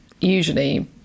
usually